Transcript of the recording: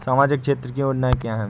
सामाजिक क्षेत्र की योजनाएँ क्या हैं?